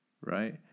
right